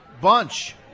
bunch